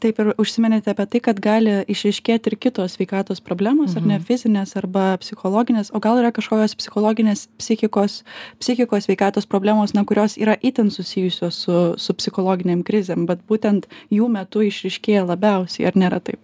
taip ir užsiminėte apie tai kad gali išryškėti ir kitos sveikatos problemos ar ne fizinės arba psichologinės o gal yra kažkokios psichologinės psichikos psichikos sveikatos problemos na kurios yra itin susijusios su su psichologinėm krizėm bet būtent jų metu išryškėja labiausiai ar nėra taip